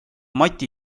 mati